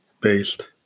based